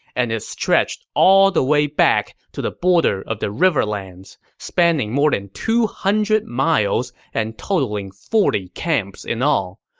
and it stretched all the way back to the border of the riverlands, spanning more than two hundred miles and totaling forty camps in all.